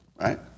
right